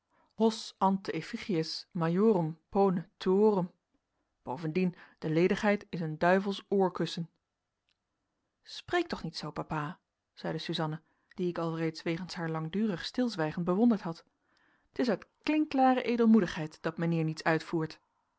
hos ante effigies maiorum pone tuorum bovendien de ledigheid is een duivelsoorkussen spreek toch niet zoo papa zeide suzanna die ik alreeds wegens haar langdurig stilzwijgen bewonderd had t is uit klinkklare edelmoedigheid dat mijnheer niets uitvoert